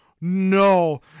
no